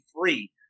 free